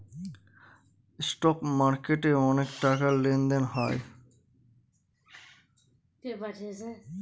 stock মার্কেটে অনেক টাকার লেনদেন হয়